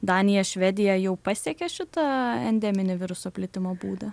danija švedija jau pasiekė šitą endeminį viruso plitimo būdą